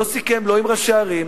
לא סיכם, לא עם ראשי ערים,